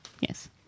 Yes